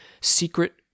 secret